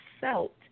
felt